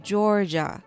Georgia